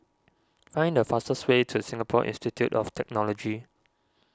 find the fastest way to Singapore Institute of Technology